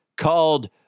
called